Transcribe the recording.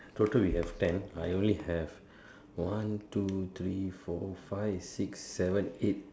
total we have ten I only have one two three four five six seven eight